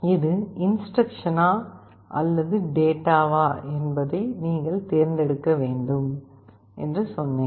இது இன்ஸ்டிரக்க்ஷனா அல்லது டேட்டாவா என்பதை நீங்கள் தேர்ந்தெடுக்க வேண்டும் என்று சொன்னேன்